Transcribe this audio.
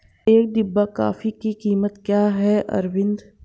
एक डिब्बा कॉफी की क्या कीमत है अरविंद?